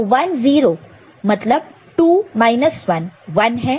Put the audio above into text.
तो 1 0 मतलब 2 1 1 है